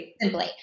simply